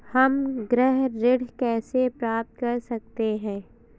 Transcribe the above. हम गृह ऋण कैसे प्राप्त कर सकते हैं?